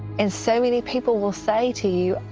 and so many people will say to you,